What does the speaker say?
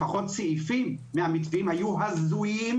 לפחות סעיפים מהמתווים היו הזויים,